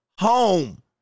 home